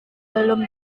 belum